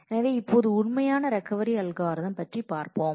எனவே இப்போது உண்மையான ரெக்கவரி அல்காரிதம் பற்றி பார்ப்போம்